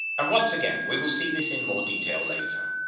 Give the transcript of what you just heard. and once again we will see this in more detail later.